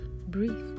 breathe